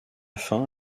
fin